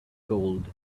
gold